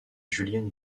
julienne